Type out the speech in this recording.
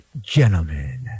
gentlemen